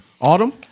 autumn